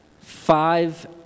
five